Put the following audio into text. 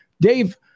Dave